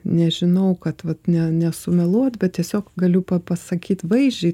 nežinau kad vat nesumeluot bet tiesiog galiu pasakyt vaizdžiai